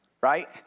right